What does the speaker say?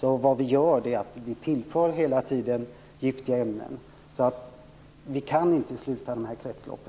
Vad vi gör är att vi hela tiden tillför giftiga ämnen så att vi inte kan sluta dessa kretslopp.